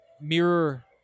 mirror